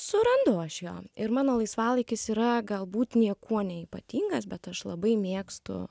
surandu aš jo ir mano laisvalaikis yra galbūt niekuo neypatingas bet aš labai mėgstu